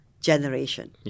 generation